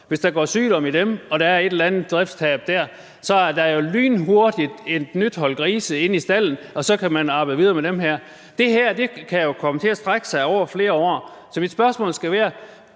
hvis der går sygdom i dem og der dér er et eller andet driftstab, er der jo lynhurtigt et nyt hold grise inde i stalden, og man kan så arbejde videre med dem. Det her kan jo komme til at strække sig over flere år. Så mit spørgsmål skal være: